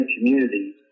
community